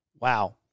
wow